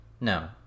No